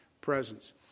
presence